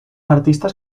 artistas